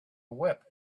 whip